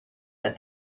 that